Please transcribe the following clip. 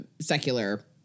secular